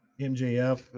MJF